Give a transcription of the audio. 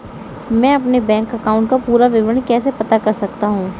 मैं अपने bank account का पूरा विवरण कैसे पता कर सकता हूँ?